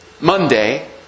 Monday